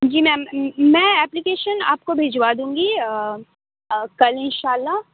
جی ma'am میں application آپ کو بھیجوا دوں گی کل انشاء اللہ